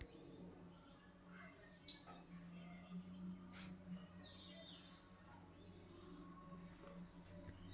ಚೇನಾ ಅತೇ ಹೆಚ್ ಆಡು ಸಾಕಾಣಿಕೆ ಮಾಡತತಿ, ಮೂವತ್ತೈರ ಪರಸೆಂಟ್ ಆಡು ಸಾಕತಾರ